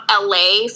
LA